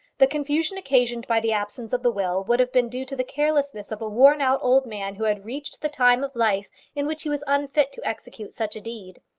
the confusion occasioned by the absence of the will would have been due to the carelessness of a worn-out old man who had reached the time of life in which he was unfit to execute such a deed.